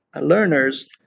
learners